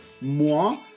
moi